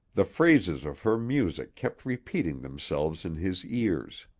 the phrases of her music kept repeating themselves in his ears.